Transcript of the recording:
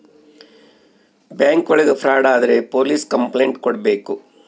bank ಒಳಗ fraud ಆದ್ರೆ police complaint ಕೊಡ್ಬೇಕು